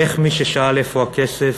איך מי ששאל "איפה הכסף?"